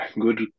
good